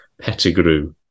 Pettigrew